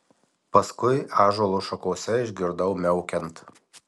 paskui ąžuolo šakose išgirdau miaukiant